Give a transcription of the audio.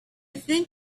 think